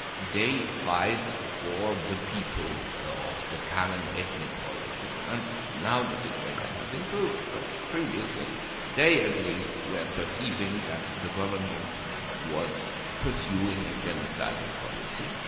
they fight for the people of the current ethnic origin. and now the situation has improved, but previously they at least were perceiving that the government was pursuing a genocidal policy,